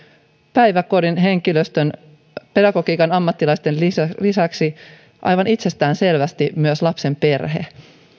päiväkodin henkilöstön pedagogiikan ammattilaisten lisäksi lisäksi aivan itsestäänselvästi myös lapsen perhe